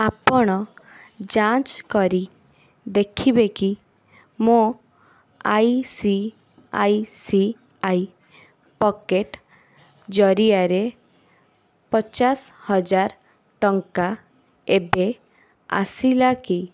ଆପଣ ଯାଞ୍ଚ କରି ଦେଖିବେ କି ମୋ I C I C I pocket ଜରିଆରେ ପଚାଶ ହଜାର ଟଙ୍କା ଏବେ ଆସିଲା କି